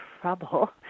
trouble